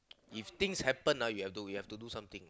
if things happen ah you have to you have to do something